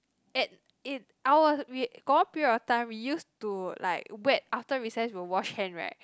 and it our we got period of time we used to like wet after recess will wash hand right